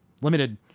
limited